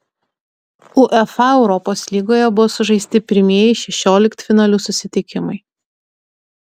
uefa europos lygoje buvo sužaisti pirmieji šešioliktfinalių susitikimai